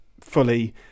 fully